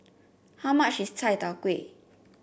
how much is Chai Tow Kway